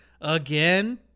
again